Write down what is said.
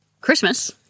Christmas